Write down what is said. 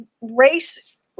race